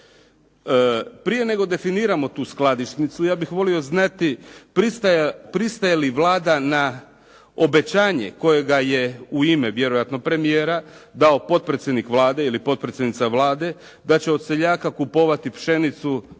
Prije nego definiramo tu skladišnicu, ja bih volio znati pristaje li Vlada na obećanje kojega je u ime, vjerojatno premijera dao potpredsjednik Vlade ili potpredsjednica Vlade da će od seljaka kupovati pšenicu,